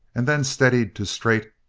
and then, steadied to straight,